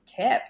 tip